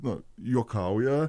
na juokauja